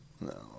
No